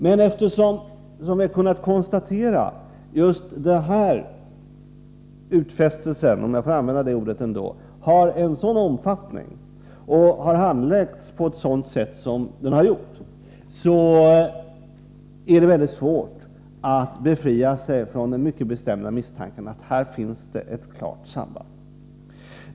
Men eftersom utfästelsen — om jag får använda det ordet — har en sådan omfattning och det hela har handlagts på det här sättet, är det mycket svårt att befria sig från den mycket starka misstanken att det finns ett klart samband.